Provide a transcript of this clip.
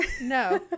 No